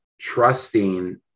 trusting